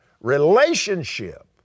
relationship